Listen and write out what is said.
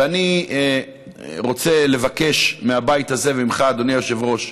ואני רוצה לבקש מהבית הזה, ממך, אדוני היושב-ראש,